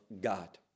God